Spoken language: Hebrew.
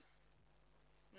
לא,